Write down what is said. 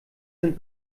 sind